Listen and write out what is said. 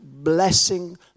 blessing